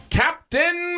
captain